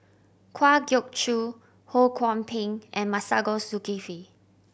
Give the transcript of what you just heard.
Kwa Geok Choo Ho Kwon Ping and Masagos Zulkifli